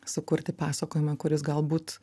sukurti pasakojimą kuris galbūt